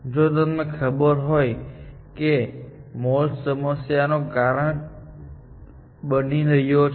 જો તમને ખબર હોય કે મોલ સમસ્યાઓ નું કારણ બની રહ્યો છે